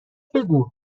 بگو